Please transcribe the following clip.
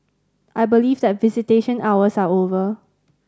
I believe that visitation hours are over